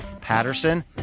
Patterson